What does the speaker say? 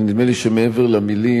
אבל נדמה לי שמעבר למלים,